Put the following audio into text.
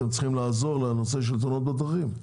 אתם צריכים לעזור לנושא של תאונות בדרכים.